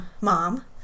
mom